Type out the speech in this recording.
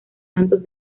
santos